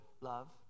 love